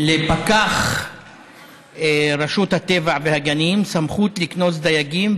לפקח רשות הטבע והגנים סמכות לקנוס דייגים,